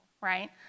right